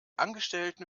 angestellten